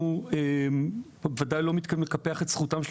אנחנו בוודאי לא מתכוונים לקפח את זכותם של